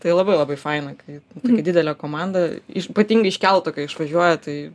tai labai labai fainai kai tokia didelė komanda iš ypatingai iš kelto kai išvažiuoja tai